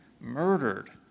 murdered